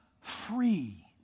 free